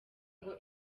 ngo